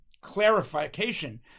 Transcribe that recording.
clarification